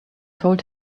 told